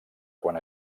quan